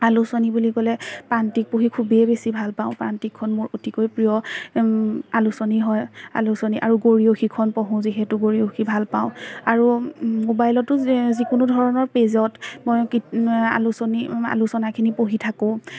আলোচনী বুলি ক'লে প্ৰান্তিক পঢ়ি খুবেই বেছি ভালপাওঁ প্ৰান্তিকখন মোৰ অতিকৈ প্ৰিয় আলোচনী হয় আলোচনী আৰু গৰিয়সীখন পঢ়োঁ যিহেতু গৰিয়সী ভালপাওঁ আৰু মোবাইলতো যিকোনো ধৰণৰ পেজত মই আলোচনী আলোচনাখিনি পঢ়ি থাকোঁ